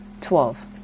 twelve